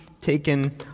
taken